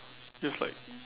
you have like